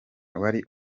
wari